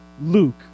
Luke